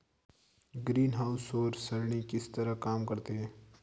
greenhouse सौर सरणी किस तरह काम करते हैं